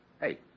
Hey